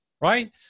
right